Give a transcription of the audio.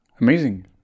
Amazing